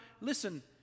listen